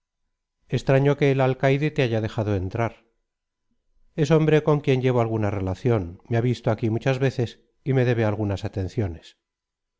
extraño que el alcaide te haya dejado entrar es hombre con quien llevo alguna relación me ha visto aquí muchas veces y rae debe algunas atenciones